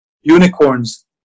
unicorns